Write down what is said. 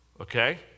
Okay